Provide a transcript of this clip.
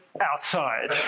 outside